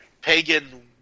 pagan